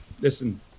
Listen